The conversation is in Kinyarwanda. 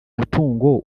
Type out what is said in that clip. mutungo